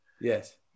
Yes